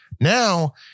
now